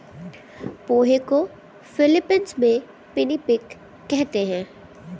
पोहे को फ़िलीपीन्स में पिनीपिग कहते हैं